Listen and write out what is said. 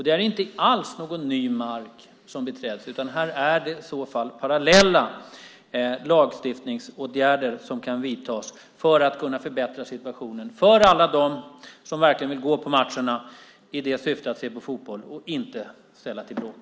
Det är inte alls någon ny mark som beträds, utan här är det i så fall parallella lagstiftningsåtgärder som kan vidtas för att kunna förbättra situationen för alla dem som verkligen vill gå på matcherna i syfte att se på fotboll och inte ställa till bråk.